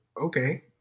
okay